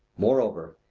moreover,